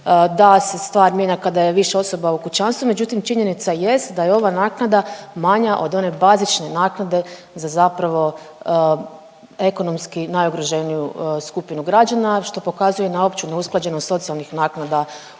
se stvar mijenja kada je više osoba u kućanstvu. Međutim, činjenica jest da je ova naknada manja od one bazične naknade za zapravo ekonomski najugroženiju skupinu građana što pokazuje na opću neusklađenost socijalnih naknada